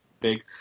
big